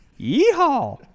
Yeehaw